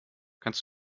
kannst